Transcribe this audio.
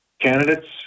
candidates